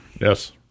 yes